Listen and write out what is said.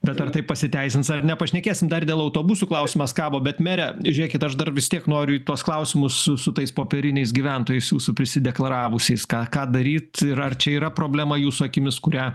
bet ar tai pasiteisins ar ne pašnekėsim dar dėl autobusų klausimas kabo bet mere žiūrėkit aš dar vis tiek noriu į tuos klausimus su su tais popieriniais gyventojai su su prisideklaravusiais ką ką daryt ir ar čia yra problema jūsų akimis kurią